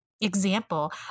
Example